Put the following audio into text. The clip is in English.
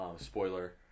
spoiler